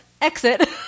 exit